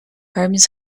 armies